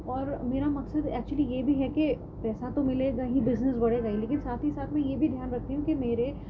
اور میرا مقصد ایکچولی یہ بھی ہے کہ پیسہ تو ملے گا ہی بزنس بڑھے گا ہی لیکن ساتھ ہی ساتھ میں یہ بھی دھیان رکھتی ہوں کہ میرے